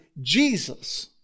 Jesus